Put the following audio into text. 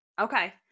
Okay